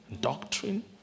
doctrine